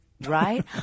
Right